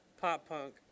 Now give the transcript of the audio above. pop-punk